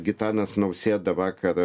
gitanas nausėda vakar a